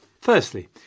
Firstly